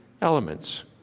elements